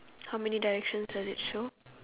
how many directions does it show